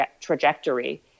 trajectory